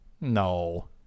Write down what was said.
No